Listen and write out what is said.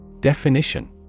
Definition